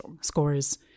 scores